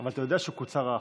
אבל אתה יודע שקוצר החוק,